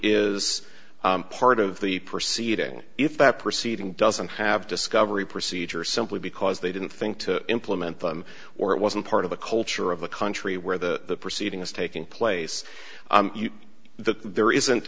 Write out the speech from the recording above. is part of the proceeding if that proceeding doesn't have discovery procedure simply because they didn't think to implement them or it wasn't part of the culture of the country where the proceeding is taking place that there